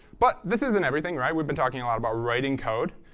but this isn't everything. right? we've been talking a lot about writing code,